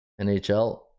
NHL